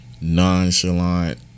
nonchalant